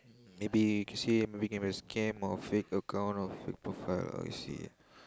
maybe you can say maybe can be a scam or fake account or fake profile I'll see